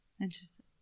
interesting